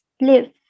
live